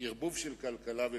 ערבוב של כלכלה ופוליטיקה.